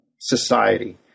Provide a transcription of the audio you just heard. society